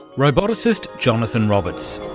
roboticist jonathan roberts.